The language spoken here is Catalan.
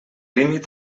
límit